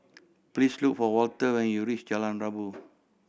please look for Walter when you reach Jalan Rabu